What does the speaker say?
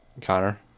Connor